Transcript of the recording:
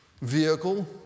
vehicle